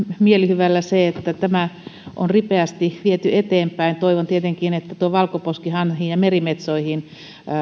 mielihyvällä se että tämä on ripeästi viety eteenpäin toivon tietenkin että tuo valkoposkihanhiin ja merimetsoihin